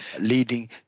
leading